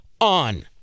on